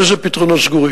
אין לזה פתרונות סגורים.